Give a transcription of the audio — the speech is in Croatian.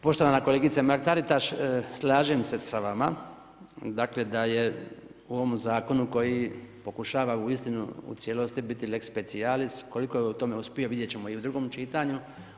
Poštovana kolegice Mrak-Taritaš, slažem se sa vama, dakle da je u ovom Zakonu koji pokušava uistinu u cijelosti biti lex specialis koliko je u tome uspio vidjet ćemo i u drugom čitanju.